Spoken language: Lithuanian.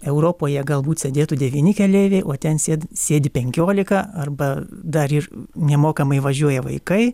europoje galbūt sėdėtų devyni keleiviai o ten sėdi sėdi penkiolika arba dar ir nemokamai važiuoja vaikai